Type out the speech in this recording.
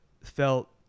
felt